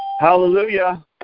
Hallelujah